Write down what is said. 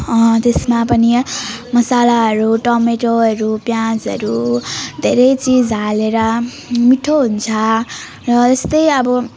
त्यसमा पनि मसालाहरू टमेटोहरू प्याजहरू धेरै चिज हालेर मिठो हुन्छ र यस्तै अब